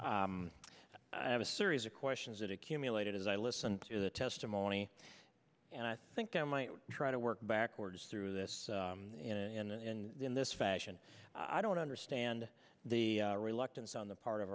i have a series of questions that accumulated as i listen to the testimony and i think i might try to work backwards through this and in this fashion i don't understand the reluctance on the part of